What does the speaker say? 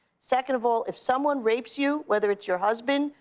second of all, if someone rapes you whether it's your husband,